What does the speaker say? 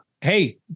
hey